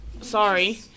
Sorry